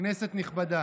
כנסת נכבדה,